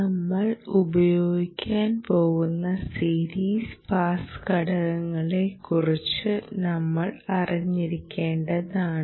നമ്മൾ ഉപയോഗിക്കാൻ പോകുന്ന സീരീസ് പാസ് ഘടകങ്ങളെ കുറിച്ച് നമ്മൾ അറിഞ്ഞിരിക്കേണ്ടതാണ്